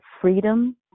freedom